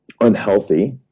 unhealthy